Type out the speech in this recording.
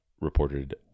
reported